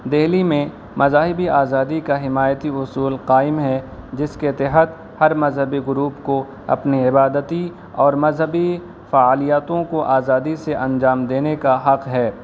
دلی میں مذاہبی آزادی کا حمایتی اصول قائم ہے جس کے تحت ہر مذہبی گروپ کو اپنے عبادتی اور مذہبی فعالیت کو آزادی سے انجام دینے کا حق ہے